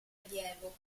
allievo